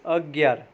અગિયાર